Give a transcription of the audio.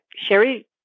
Sherry